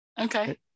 Okay